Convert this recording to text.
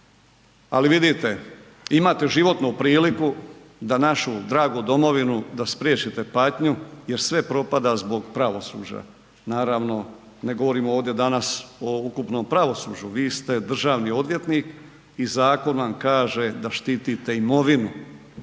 Ali vidite, imate životnu priliku da našu dragu domovinu, da spriječite patnju jer sve propada zbog pravosuđa, naravno ne govorimo ovdje danas o ukupnom pravosuđu, vi ste državni odvjetnik i zakon vam kaže da štitite imovine